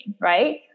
right